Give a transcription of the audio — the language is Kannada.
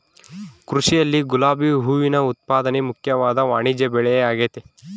ಕೃಷಿಯಲ್ಲಿ ಗುಲಾಬಿ ಹೂವಿನ ಉತ್ಪಾದನೆ ಮುಖ್ಯವಾದ ವಾಣಿಜ್ಯಬೆಳೆಆಗೆತೆ